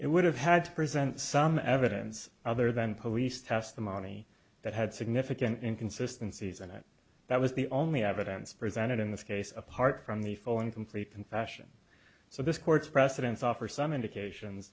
it would have had to present some evidence other than police testimony that had significant inconsistency isn't it that was the only evidence presented in this case apart from the following complete confession so this court's precedents offer some indications